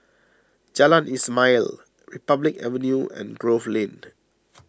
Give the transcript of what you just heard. Jalan Ismail Republic Avenue and Grove Lane